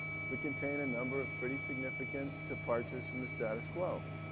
but contain a number of pretty significant departures from the status quo.